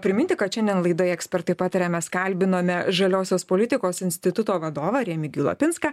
priminti kad šiandien laidoje ekspertai pataria mes kalbinome žaliosios politikos instituto vadovą remigijų lapinską